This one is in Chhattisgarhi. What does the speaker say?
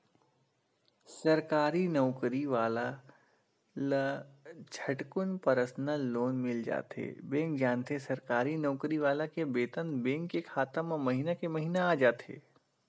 सरकारी नउकरी वाला ल झटकुन परसनल लोन मिल जाथे बेंक जानथे सरकारी नउकरी वाला के बेतन बेंक के खाता म महिना के महिना आ जाथे